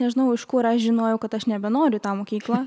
nežinau iš kur aš žinojau kad aš nebenoriu į tą mokyklą